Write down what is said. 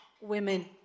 women